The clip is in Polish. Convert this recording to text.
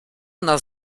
nas